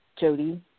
Jody